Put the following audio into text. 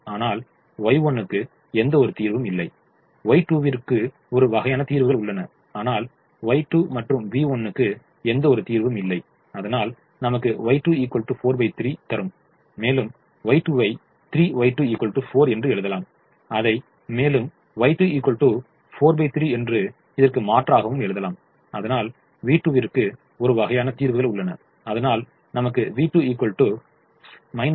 ஆனால் Y1 க்கு எந்த ஒரு தீர்வும் இல்லை Y2 விற்கு ஒரு வகையான தீர்வுகள் உள்ளன ஆனால் Y3 மற்றும் v1 க்கு எந்த ஒரு தீர்வும் இல்லை அதனால் நமக்கு Y2 43 தரும் மேலும் Y2 வை 3Y2 4 என்று எழுதலாம் அதை மேலும் Y2 43 என்று இதற்கு மாற்றாகவும் எழுதலாம் அதனால் v2 விற்கு ஒரு வகையான தீர்வுகள் உள்ளன அதனால் நமக்கு v2 53 கிடைத்து இருக்கிறது ஆக Y1 என்பது 0 ஆகும்